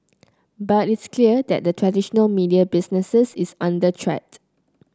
but it's clear that the traditional media business is under threat